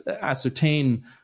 ascertain